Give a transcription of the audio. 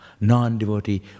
Non-devotee